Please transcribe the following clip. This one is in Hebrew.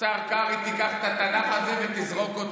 השר קרעי, תיקח את התנ"ך הזה ותזרוק אותו.